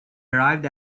arrived